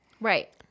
right